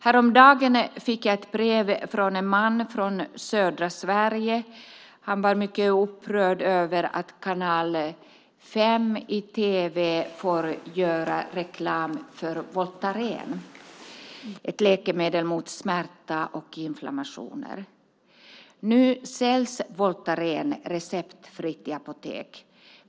Häromdagen fick jag ett brev från en man från södra Sverige. Han var upprörd över att Kanal 5 i tv får göra reklam för Voltaren, ett läkemedel mot smärta och inflammationer. Nu säljs Voltaren receptfritt i apotek.